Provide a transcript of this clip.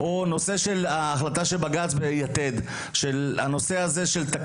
סיפור נוסף הוא החלטת בג״ץ בנושא של יתד,